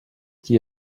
qui